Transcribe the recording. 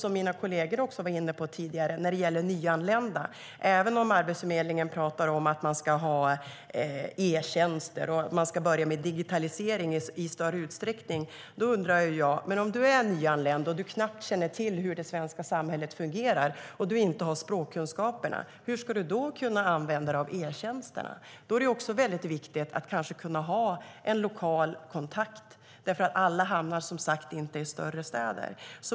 Mina kolleger var tidigare inne på nyanlända. Även om Arbetsförmedlingen pratar om att man ska ha etjänster och börja med digitalisering i större utsträckning undrar jag: Om du är nyanländ och knappt känner till hur det svenska samhället fungerar och du inte har språkkunskaperna, hur ska du då kunna använda dig av etjänsterna? Då är det viktigt att kunna ha en lokal kontakt, för alla hamnar inte i större städer.